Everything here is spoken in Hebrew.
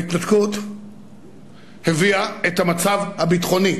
ההתנתקות הביאה את המצב הביטחוני